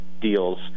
deals